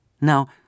Now